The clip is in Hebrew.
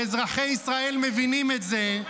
הרי ברור לכולם, ואזרחי ישראל מבינים את זה,